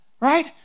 right